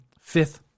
fifth